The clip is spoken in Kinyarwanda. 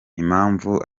impamvu